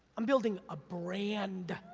i'm building a brand.